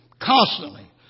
Constantly